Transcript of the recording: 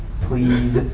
please